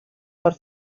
per